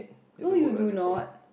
no you do not